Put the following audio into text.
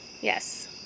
yes